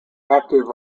active